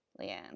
Leanne